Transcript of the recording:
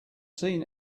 seen